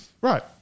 Right